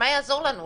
יעזור לנו?